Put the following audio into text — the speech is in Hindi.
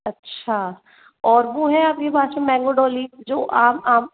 अच्छा और वह है आपके पास मैंगो डॉली जो आम आम